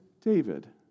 David